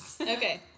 Okay